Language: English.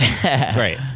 Great